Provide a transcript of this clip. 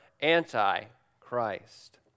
anti-Christ